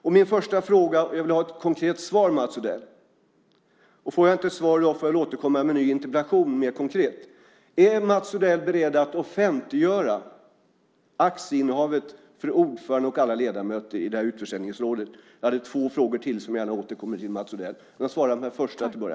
Jag vill ha ett konkret svar på min första fråga från Mats Odell. Om jag inte får svar i dag får jag väl återkomma mer konkret i en ny interpellation. Är Mats Odell beredd att offentliggöra aktieinnehavet för ordföranden och alla ledamöter i detta utförsäljningsråd? Jag hade två frågor till som jag gärna återkommer till, Mats Odell. Börja med att svara på den första!